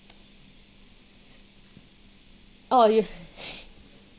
oh you